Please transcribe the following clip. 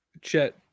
Chet